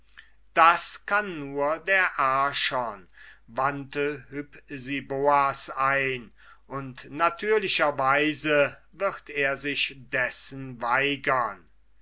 das kann nur der archon wandte hypsiboas ein und natürlicherweise wird er sich dessen weigern